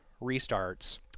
restarts